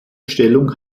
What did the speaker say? stellung